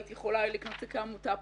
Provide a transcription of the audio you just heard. הייתי יכולה לקנות כעמותה פרטית,